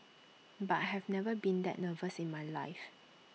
but I have never been that nervous in my life